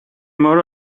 more